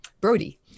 Brody